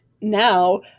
Now